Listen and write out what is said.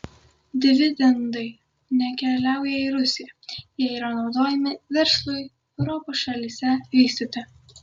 dividendai nekeliauja į rusiją jie yra naudojami verslui europos šalyse vystyti